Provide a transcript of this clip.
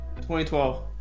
2012